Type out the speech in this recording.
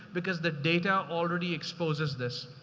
because the data already exposes this?